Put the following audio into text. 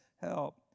help